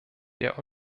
der